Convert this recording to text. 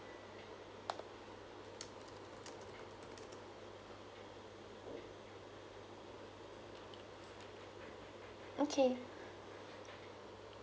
okay